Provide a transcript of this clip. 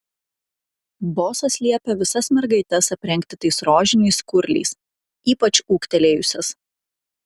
bosas liepia visas mergaites aprengti tais rožiniais skurliais ypač ūgtelėjusias